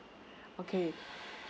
okay